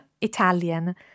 Italian